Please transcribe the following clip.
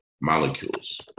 molecules